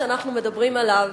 שאנחנו מדברים עליו,